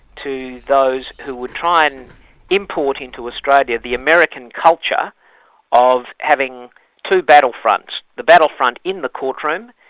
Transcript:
to those who would try and import into australia the american culture of having two battlefronts the battlefront in the court room,